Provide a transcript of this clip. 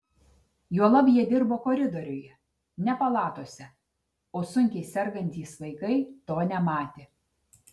juolab jie dirbo koridoriuje ne palatose o sunkiai sergantys vaikai to nematė